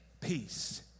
peace